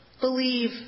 believe